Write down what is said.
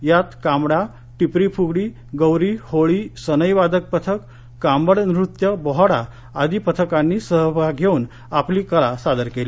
यात कांबडा टिपरीफुगडी गौरी होळी सनई वादक पथक कांबड नृत्य बोहाडा आदी पथकांनी कार्यक्रमात सहभाग घेऊन आपली कला सादर केली